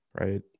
Right